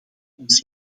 ons